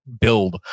build